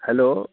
hello